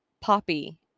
Poppy